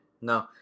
No